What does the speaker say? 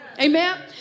amen